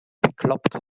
bekloppt